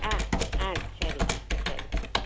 ஆ ஆ சரிங்க சரிங்க